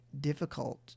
difficult